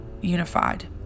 unified